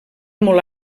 molt